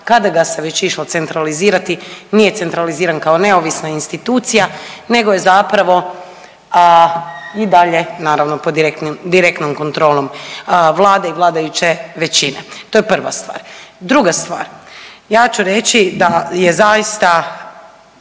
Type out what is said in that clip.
kada ga se već išlo centralizirati nije centraliziran kao neovisna institucija nego je zapravo i dalje naravno pod direktnom kontrolom Vlade i vladajuće većine. To je prva stvar. Druga stvar, ja ću reći da je zaista